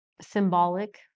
symbolic